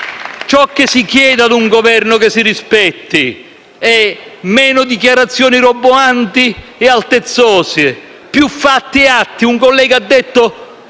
Ciò che si chiede a un Governo che si rispetti è: meno dichiarazioni roboanti e altezzose; più fatti e atti. Un collega ha detto: